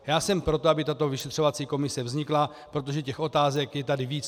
Já jsem pro to, aby tato vyšetřovací komise vznikla, protože otázek je tady víc.